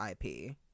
IP